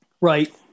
Right